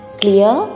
clear